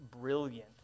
brilliant